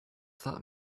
that